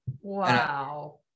Wow